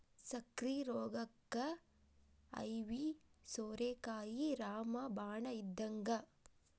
ಸಕ್ಕ್ರಿ ರೋಗಕ್ಕ ಐವಿ ಸೋರೆಕಾಯಿ ರಾಮ ಬಾಣ ಇದ್ದಂಗ